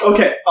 Okay